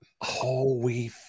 Holy